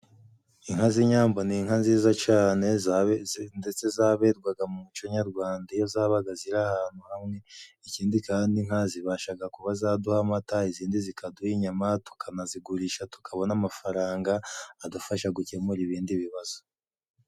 Inka z'inyambo ni inka nziza cane ndetse zaberwaga mu muco nyarwanda iyo zabaga ziri ahantu hamwe. Ikindi kandi inka zibashaga kuba zaduha amata, izindi zikaduha inyama, tukanazigurisha tukabona amafaranga, adufasha gukemura ibindi bibazo.